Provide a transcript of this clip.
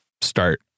start